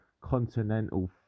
Continental